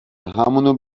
همونو